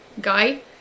guy